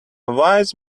wise